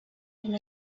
and